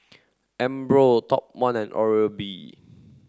Umbro Top One and Oral B